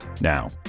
Now